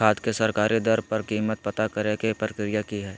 खाद के सरकारी दर पर कीमत पता करे के प्रक्रिया की हय?